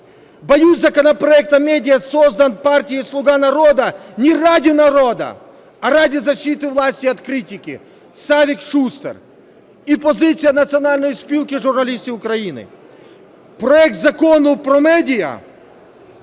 "Боюсь, законопроект о медиа создан партией "Слуга народа" не ради народа, а ради защиты власти от критики", - Савик Шустер. І позиція Національної спілки журналістів України: "Проект закону про медіа